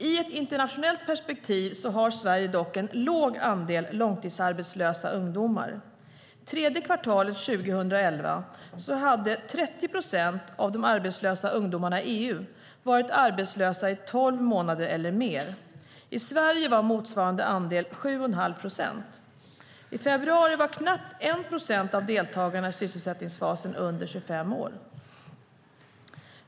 I ett internationellt perspektiv har Sverige dock en låg andel långtidsarbetslösa ungdomar. Tredje kvartalet 2011 hade 30 procent av de arbetslösa ungdomarna i EU varit arbetslösa i tolv månader eller mer. I Sverige var motsvarande andel 7 1⁄2 procent. I februari var knappt 1 procent av deltagarna i sysselsättningsfasen under 25 år.